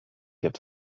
gibt